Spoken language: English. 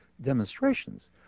demonstrations